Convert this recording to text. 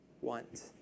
want